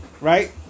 right